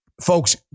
Folks